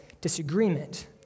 disagreement